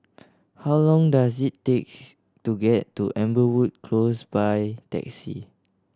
how long does it take to get to Amberwood Close by taxi